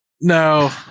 No